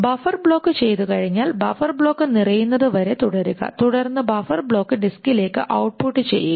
buffer block ചെയ്തുകഴിഞ്ഞാൽ buffer block നിറയുന്നത് വരെ തുടരുക തുടർന്ന് ബഫർ ബ്ലോക്ക് ഡിസ്കിലേക്ക് ഔട്ട്പുട്ട് ചെയ്യുക